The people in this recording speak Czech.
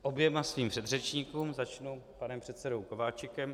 K oběma svým předřečníkům, začnu panem předsedou Kováčikem.